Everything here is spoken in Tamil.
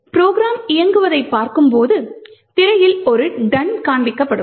ப்ரோக்ராம் இயங்குவதைப் பார்க்கும்போது திரையில் ஒரு done காண்பிக்கப்படும்